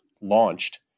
launched